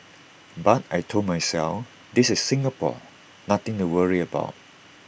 but I Told myself this is Singapore nothing to worry about